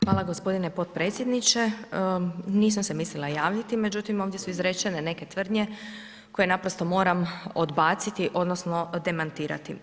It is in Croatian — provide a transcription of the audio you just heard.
Hvala g. potpredsjedniče, nisam se mislila javiti međutim ovdje su izrečene neke tvrdnje koje naprosto moram odbaciti odnosno demantirati.